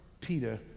Peter